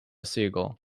siegel